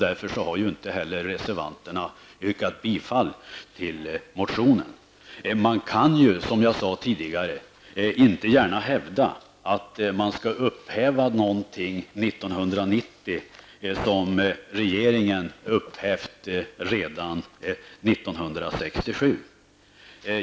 Därför har inte heller reservanterna yrkat bifall till motionen. Det kan ju, som jag sade tidigare, inte gärna hävdas att man skall upphäva någonting 1990 som regeringen upphävt redan 1967.